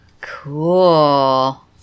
Cool